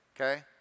Okay